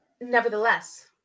nevertheless